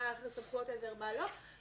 מה סמכויות העזר ומה לא,